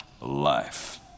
life